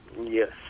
Yes